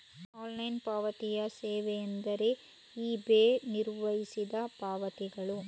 online ಪಾವತಿ ಸೇವೆಯೆಂದರೆ eBay ನಿರ್ವಹಿಸಿದ ಪಾವತಿಗಳು